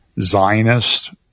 Zionist